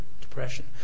Depression